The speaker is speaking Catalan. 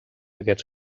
aquests